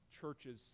churches